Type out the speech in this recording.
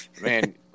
man